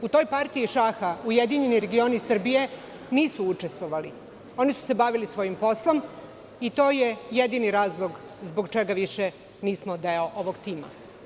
U toj partiji šaha URS nisu učestvovali, oni su se bavili svojim poslom i to je jedini razlog zbog čega više nismo deo ovog tima.